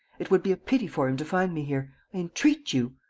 it would be a pity for him to find me here. i entreat you.